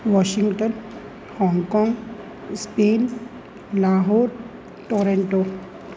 Washington Hong Kong Spain Lahore Toronto